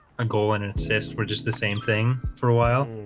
a goal and an assist. we're just the same thing for a while.